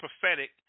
prophetic